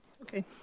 Okay